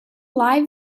live